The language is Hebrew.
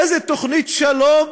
איזו תוכנית שלום